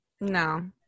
no